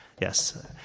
yes